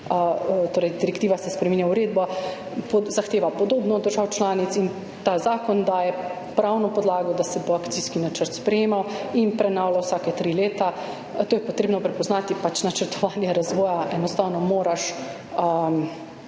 torej direktiva se spreminja, uredba zahteva podobno od držav članic in ta zakon daje pravno podlago, da se bo akcijski načrt sprejemal in prenavljal vsake tri leta. To je treba prepoznati, načrtovanje razvoja enostavno moraš